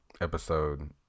episode